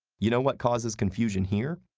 you know what causes confusion here?